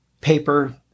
paper